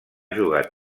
jugat